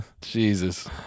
Jesus